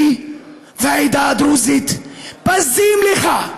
אני והעדה הדרוזית בזים לך.